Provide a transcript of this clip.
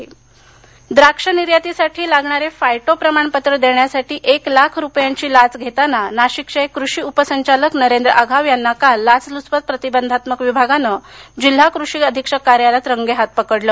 लाच नाशिक द्राक्ष निर्यातीसाठी लागणारे फायटो प्रमाणपत्र देण्यासाठी एक लाख रुपयांची लाच घेताना नाशिकचे कृषी उपसंचालक नरेंद्र आघाव यांना काल लाच लुचपत प्रतिबंधात्मक विभागाने जिल्हा कृषी अधीक्षक कार्यालयात रंगेहाथ पकडले